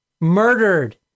Murdered